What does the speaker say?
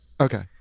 Okay